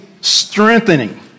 strengthening